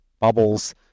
bubbles